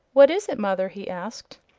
what is it, mother? he asked.